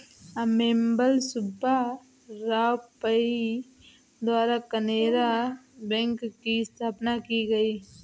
अम्मेम्बल सुब्बा राव पई द्वारा केनरा बैंक की स्थापना की गयी